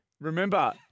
Remember